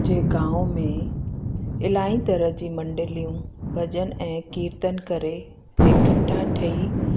जे गांव में इलाही तरह जी मंडलियूं भॼन ऐं कीर्तन करे इकट्ठा ठही